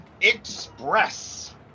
Express